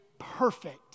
perfect